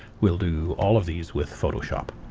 we'll do all of these with photoshop.